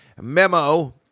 Memo